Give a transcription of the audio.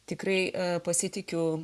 tikrai pasitikiu